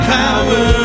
power